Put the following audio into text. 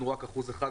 שכשבונים